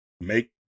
make